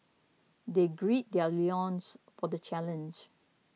they gird their loins for the challenge